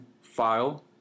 file